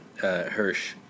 Hirsch